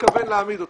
מתכוון להעמיד אותו.